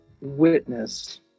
witness